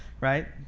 right